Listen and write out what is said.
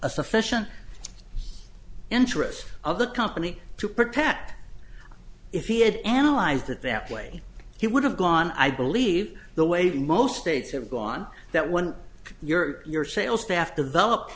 a sufficient interest of the company to protect if he had analyzed it that way he would have gone i believe the way the most states have gone that when your your sales staff develop